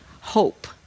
hope